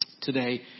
today